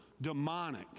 demonic